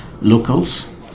locals